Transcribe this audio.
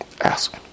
ask